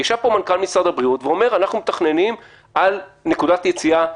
ישב פה מנכ"ל משרד הבריאות ואמר: אנחנו מתכננים על נקודת יציאה בפסח.